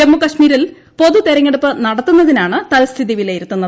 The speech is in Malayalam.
ജമ്മുകശ്മീരിൽ പൊതു തെരഞ്ഞെടുപ്പ് നടത്തുന്നതിനാണ് തൽസ്ഥിതി വിലയിരുത്തുന്നത്